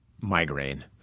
migraine